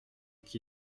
qui